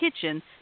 kitchen